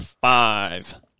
five